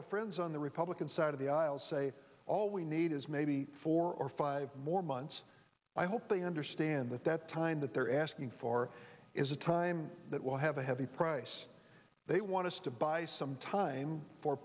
our friends on the republican side of the aisle say all we need is maybe four or five more months i hope they understand that that time that they're asking for is a time that will have a heavy price they want to buy some time for